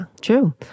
true